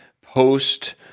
post-